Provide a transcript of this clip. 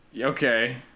Okay